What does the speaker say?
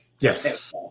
Yes